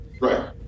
Right